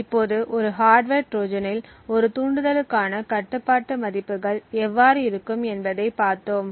இப்போது ஒரு ஹார்ட்வர் ட்ரோஜனில் ஒரு தூண்டுதலுக்கான கட்டுப்பாட்டு மதிப்புகள் எவ்வாறு இருக்கும் என்பதைப் பார்த்தோம்